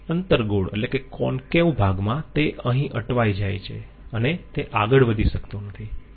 અંતર્ગોળ ભાગમાં તે અહીં અટવાઈ જાય છે અને તે આગળ વધી શકતો નથી